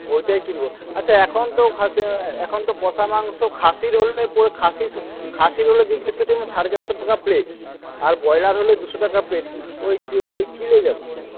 ওইটাই কিনব আচ্ছা এখন তো এখন তো কষা মাংস খাসির হলে পরে খাসি খাসির হলে জিজ্ঞেস করছিলাম সাড়ে চারশো টাকা প্লেট আর ব্রয়লার হলে দুশো টাকা প্লেট ওই ওই কি নিয়ে যাব